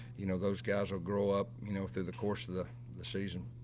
you know, those guys will grow up, you know, through the course of the the season.